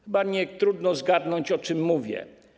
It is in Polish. Chyba nietrudno zgadnąć, o czym mówię.